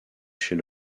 chez